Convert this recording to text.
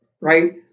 right